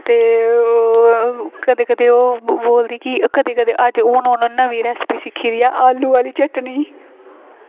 ते ओह् कदें कदें ओह् बोलदी कि कदें कदें हून उन्ने नमीं रेसिपी सिक्खी ऐ आलू आह्ली चटनी